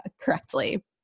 correctly